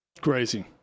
Crazy